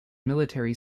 military